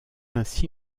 ainsi